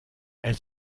elle